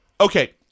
Okay